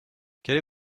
est